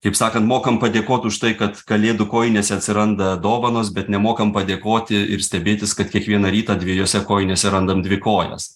kaip sakant mokam padėkot už tai kad kalėdų kojinėse atsiranda dovanos bet nemokam padėkoti ir stebėtis kad kiekvieną rytą dviejose kojinėse randam dvi kojas